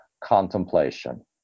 contemplation